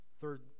Third